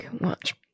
watch